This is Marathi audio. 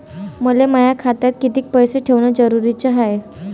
मले माया खात्यात कितीक पैसे ठेवण जरुरीच हाय?